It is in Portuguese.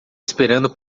esperando